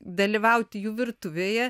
dalyvauti jų virtuvėje